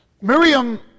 Miriam